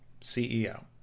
CEO